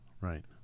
right